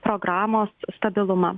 programos stabilumą